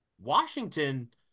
Washington